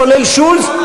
כולל שולץ,